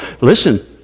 Listen